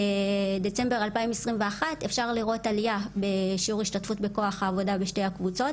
בדצמבר 2021 אפשר לראות עליה בשיעור השתתפות בכוח העבודה בשתי הקבוצות,